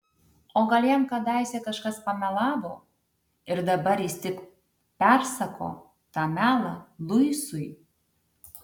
o gal jam kadaise kažkas pamelavo ir dabar jis tik persako tą melą luisui